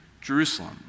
Jerusalem